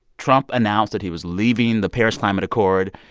trump announced that he was leaving the paris climate accord.